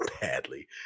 badly